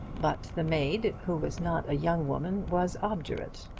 but the maid, who was not a young woman, was obdurate.